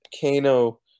Kano